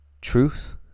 truth